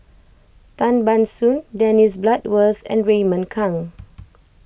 Tan Ban Soon Dennis Bloodworth and Raymond Kang